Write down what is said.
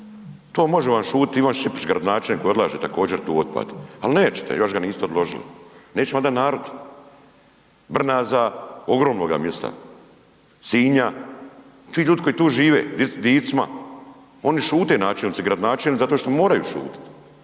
To može vam šutiti Ivan Šišić, gradonačelnik koji odlaže također tu otpad, ali nećete, još ga niste odložili, neće vam dat narod. Brnaza, ogromnoga mjesta, Sinja, ti ljudi koji tu žive, Dicma, oni šute načelnici i gradonačelnici zašto što moraju šutit